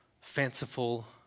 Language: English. fanciful